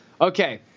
okay